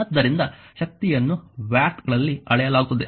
ಆದ್ದರಿಂದ ಶಕ್ತಿಯನ್ನು ವ್ಯಾಟ್ಗಳಲ್ಲಿ ಅಳೆಯಲಾಗುತ್ತದೆ